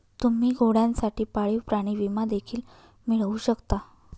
तुम्ही घोड्यांसाठी पाळीव प्राणी विमा देखील मिळवू शकता